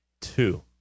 Two